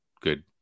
good